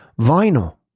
vinyl